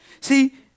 See